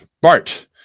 Bart